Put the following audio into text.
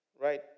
right